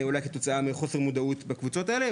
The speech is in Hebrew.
אולי כתוצאה מחוסר מודעות בקבוצות האלו,